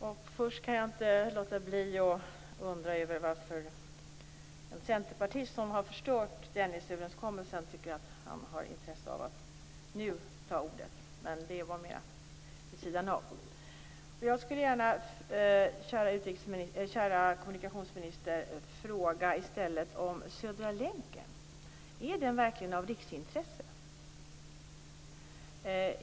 Fru talman! Jag kan inte låta bli att undra över varför en centerpartist som har förstört Dennisöverenskommelsen tycker att han har intresse av att nu ta till orda. Men det var mer en kommentar vid sidan av. Jag skulle gärna, kära kommunikationsministern, i stället fråga om Södra länken. Är den verkligen av riksintresse?